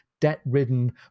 debt-ridden